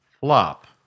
flop